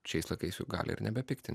šiais laikais gali ir nebepykti